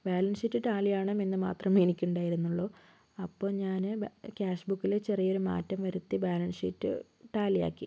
balance sheet tally ആവണം എന്ന് മാത്രമേ എനിക്ക് ഉണ്ടായിരുന്നുള്ളൂ അപ്പോ ഞാന് ക്യാഷ് ബുക്കില് ചെറിയൊരു മാറ്റം വരുത്തി ബാലൻസ് ഷീറ്റ് റ്റാലി ആക്കി